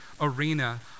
arena